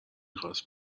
خواست